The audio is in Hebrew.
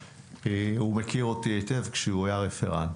הוא מכיר אותי היטב כשהוא היה רפרנט.